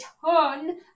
ton